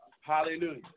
Hallelujah